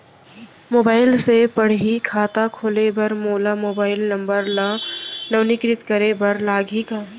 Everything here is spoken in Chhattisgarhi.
मोबाइल से पड़ही खाता खोले बर मोला मोबाइल नंबर ल नवीनीकृत करे बर लागही का?